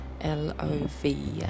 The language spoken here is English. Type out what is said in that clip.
L-O-V